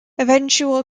eventual